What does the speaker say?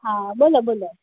હા બોલો બોલો